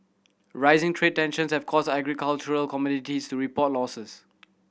rising trade tensions have caused agricultural commodities to report losses